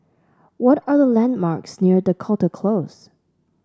what are the landmarks near Dakota Close